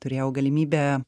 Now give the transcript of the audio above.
turėjau galimybę